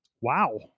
Wow